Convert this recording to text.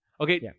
Okay